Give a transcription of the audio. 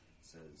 Says